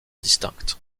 distinctes